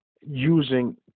using